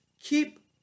Keep